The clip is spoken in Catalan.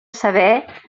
saber